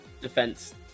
defense